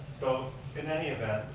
so, in any event,